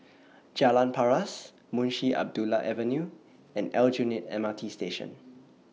Jalan Paras Munshi Abdullah Avenue and Aljunied M R T Station